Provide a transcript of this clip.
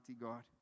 God